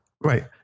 Right